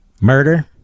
murder